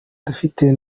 dufite